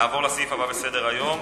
נעבור לסעיף הבא בסדר-היום: